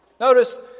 Notice